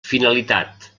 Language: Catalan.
finalitat